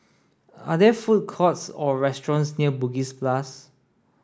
are there food courts or restaurants near Bugis plus